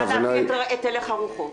אני צריכה להביא את הלך הרוחות.